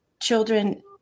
children